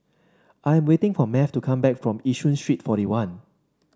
I'm waiting for Math to come back from Yishun Street Forty one